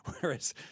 whereas